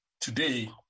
today